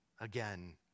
again